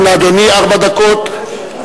גם לאדוני ארבע דקות.